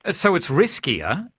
ah so it's riskier,